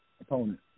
opponent